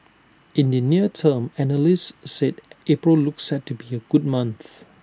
in the near term analysts said April looks set to be A good month